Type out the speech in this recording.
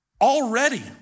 Already